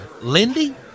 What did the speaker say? Lindy